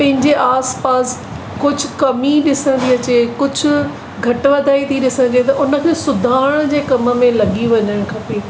पंहिंजे आस पास कुझु कमी ॾिसण थी अचे कुझु घटि वधाई थी ॾिसण अचे त उनखे सुधारण जे कम में लॻी वञणु खपे